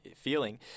feeling